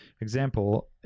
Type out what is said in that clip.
example